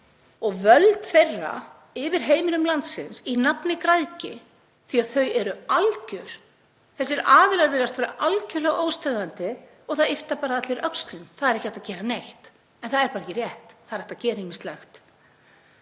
og völd þeirra yfir heimilum landsins í nafni græðgi því að þau völd eru algjör. Þessir aðilar virðast vera algerlega óstöðvandi og það yppta bara allir öxlum. Það er ekki hægt að gera neitt. En það er bara ekki rétt, það er hægt að gera ýmislegt.